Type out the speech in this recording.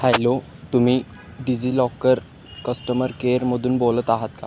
hello तुम्ही DigiLocker customer केअरमधून बोलत आहात का